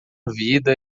vida